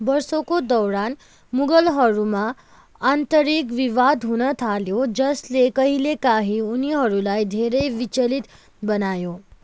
वर्षौंको दौडान मुगलहरूमा आन्तरिक विवाद हुन थाल्यो जसले कहिलेकाहीँ उनीहरूलाई धेरै विचलित बनायो